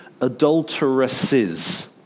adulteresses